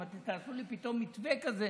אם אתם תעשו לי פתאום מתווה כזה,